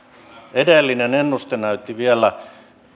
edellinen ennuste näytti vielä